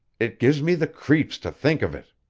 it gives me the creeps to think of it.